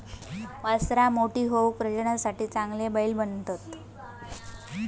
वासरां मोठी होऊन प्रजननासाठी चांगले बैल बनतत